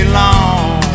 long